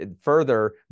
further